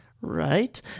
right